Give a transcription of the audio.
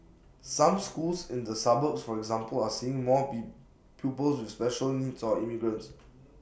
some schools in the suburbs for example are seeing more P pupils with special needs or immigrants